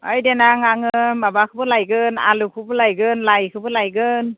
ओइ देनां आङो माबाखौबो लायगोन आलुखौबो लायगोन लाइखौबो लायगोन